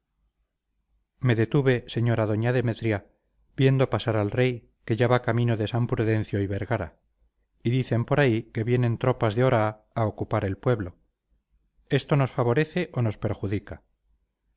me detuve señora doña demetria viendo pasar al rey que ya va camino de san prudencio y vergara y dicen por ahí que vienen tropas de oraa a ocupar el pueblo esto nos favorece o nos perjudica